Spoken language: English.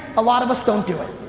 a lot of us don't do it,